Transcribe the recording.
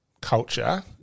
culture